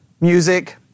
music